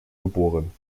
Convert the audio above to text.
geboren